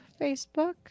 Facebook